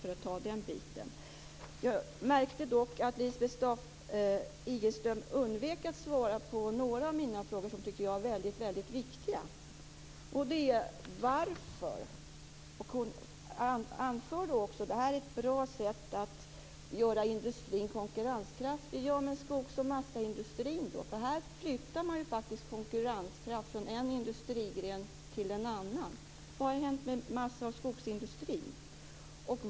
Jag märkte dock att Lisbeth Staaf-Igelström undvek att svara på några av mina frågor som jag tycker är väldigt viktiga. Hon anför att det här är ett bra sätt att göra industrin konkurrenskraftig. Men det skall gälla också massaindustrin. Här flyttar man konkurrenskraft från en industrigren till en annan. Vad har hänt med massa och skogsindustrin?